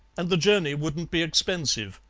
and the journey wouldn't be expensive.